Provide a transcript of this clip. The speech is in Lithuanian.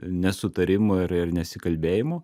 nesutarimų ir ir nesikalbėjimų